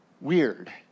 weird